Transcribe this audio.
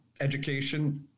education